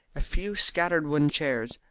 a few scattered wooden chairs,